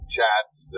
Chats